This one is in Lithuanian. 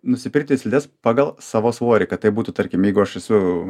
nusipirkti slides pagal savo svorį kad tai būtų tarkim jeigu aš esu